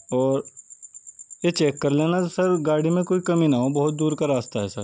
اور یہ چیک کر لینا سر گاڑی میں کوئی کمی نہ ہو بہت دور کا راستہ ہے سر